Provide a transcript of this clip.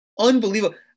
Unbelievable